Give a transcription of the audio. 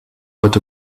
what